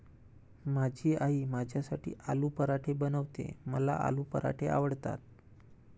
माझी आई माझ्यासाठी आलू पराठे बनवते, मला आलू पराठे आवडतात